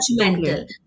judgmental